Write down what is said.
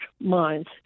minds